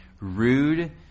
rude